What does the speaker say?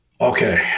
okay